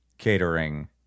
catering